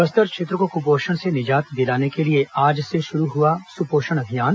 बस्तर क्षेत्र को कुपोषण से निजात दिलाने के लिए आज से शुरू हुआ सुपोषण अभियान